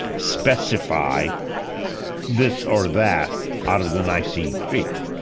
specify this or that out of the nicene creed.